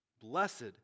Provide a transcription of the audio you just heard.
Blessed